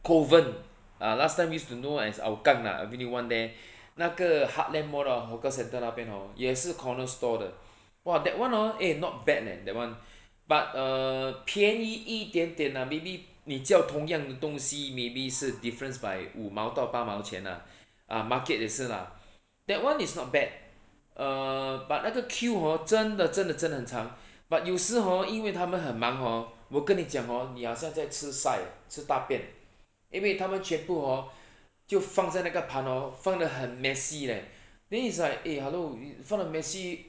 kovan ah last time used to know as hougang lah avenue one there 那个 heartland mall 的 hawker centre 那边 hor 也是 corner store 的 !wah! that [one] hor not bad leh that [one] but err 便宜一点点啦 maybe 你叫同样的东西 maybe 是 difference by 五毛到八毛钱 lah uh market 也是 lah that [one] is not bad err but 那个 queue hor 真的真的真的很长 but 有时 hor 因为他们很忙 hor 我跟你讲 hor 你很像在吃 sai 吃大便因为他们全部 hor 就放在哪个盘 hor 放的很 messy leh then it's like hello 放得 messy